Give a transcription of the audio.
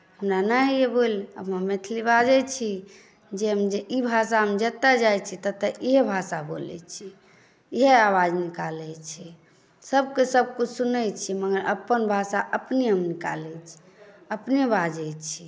हमरा नहि होइए बोलि अपना मैथिली बाजैत छी जे हम ई भाषामे जतय जाइत छी ततय इएह भाषा बोलैत छी इएह आवाज निकालैत छी सभके सभकुछ सुनैत छी मगर अपन भाषा अपने हम निकालैत छी अपने बाजैत छी